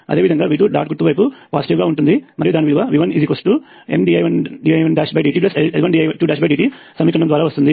అదేవిధంగా V2 dot గుర్తు వైపు పాజిటివ్ గా ఉంటుంది మరియు దాని విలువ V1 MdI1dtL1dI2dt సమీకరణము ద్వారా వస్తుంది